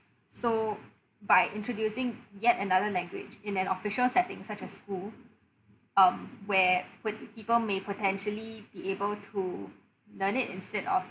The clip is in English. so by introducing yet another language in an official setting such as school um where with people may potentially be able to learn it instead of